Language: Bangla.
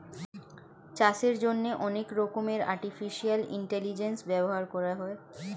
চাষের জন্যে অনেক রকমের আর্টিফিশিয়াল ইন্টেলিজেন্স ব্যবহার করা হয়